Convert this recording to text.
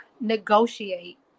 negotiate